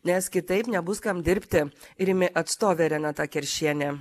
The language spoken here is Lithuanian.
nes kitaip nebus kam dirbti rimi atstovė renata keršienė